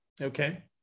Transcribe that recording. okay